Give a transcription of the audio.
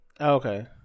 Okay